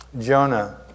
Jonah